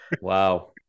Wow